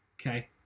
Okay